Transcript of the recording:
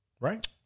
right